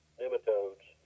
nematodes